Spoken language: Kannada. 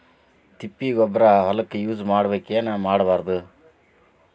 ತಿಪ್ಪಿಗೊಬ್ಬರ ಹೊಲಕ ಯೂಸ್ ಮಾಡಬೇಕೆನ್ ಮಾಡಬಾರದು?